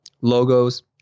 logos